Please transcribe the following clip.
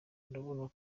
urabona